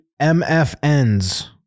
MFNs